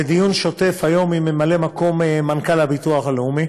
בדיון שוטף היום עם ממלא-מקום מנכ"ל הביטוח הלאומי